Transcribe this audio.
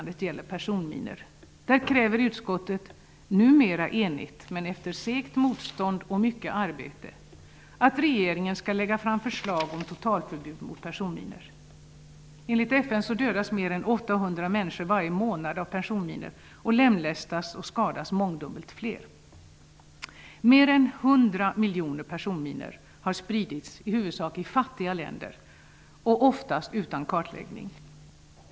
Där kräver utskottet -- numera enigt, men efter segt motstånd och mycket arbete -- att regeringen skall lägga fram förslag om totalförbud mot personminor. Enligt FN dödas mer än 800 människor varje månad av personminor, och mångdubbelt fler lemlästas och skadas. Mer än l00 miljoner personminor har spridits i huvudsak i fattiga länder och oftast utan kartläggning.